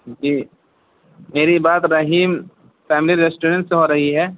جی میری بات Rahim family restaurant سے ہو رہی ہے